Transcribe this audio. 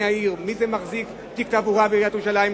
העיר" ומי מחזיק בתיק התעבורה בעיריית ירושלים.